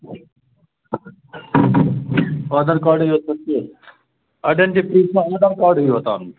اوسا ٹھیٖک اَتٮ۪ن چھُ یوت اَنُن